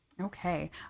Okay